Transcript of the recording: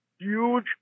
huge